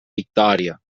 victòria